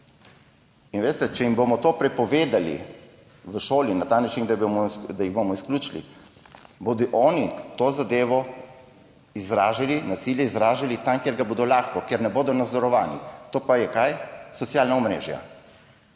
In veste, če jim bomo to prepovedali v šoli na ta način, da jih bomo izključili, bodo oni to zadevo izražali, nasilje izražali tam, kjer ga bodo lahko, kjer ne bodo nadzorovani, to pa so – kaj? Socialna omrežja.